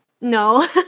No